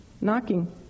Knocking